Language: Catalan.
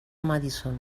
madison